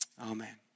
Amen